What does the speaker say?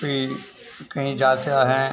भी कहीं जाते हैं